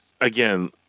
again